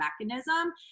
mechanism